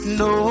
no